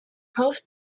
most